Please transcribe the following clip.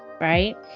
right